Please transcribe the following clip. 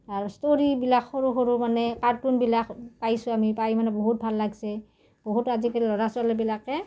আৰু ষ্টৰীবিলাক সৰু সৰু মানে কাৰ্টুনবিলাক পাইছোঁ আমি পাই মানে বহুত ভাল লাগিছে বহুতো আজিকালি ল'ৰা ছোৱালীবিলাকে